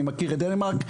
אני מכיר את דנמרק,